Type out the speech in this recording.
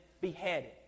beheaded